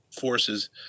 forces